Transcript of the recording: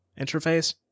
interface